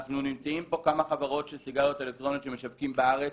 נמצאות פה כמה חברות של סיגריות אלקטרוניות שמשווקים בארץ.